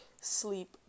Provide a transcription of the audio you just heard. sleep